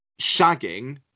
shagging